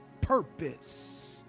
purpose